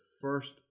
first